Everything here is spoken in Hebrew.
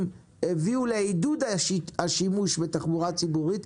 הביאו לעידוד השימוש בתחבורה ציבורית,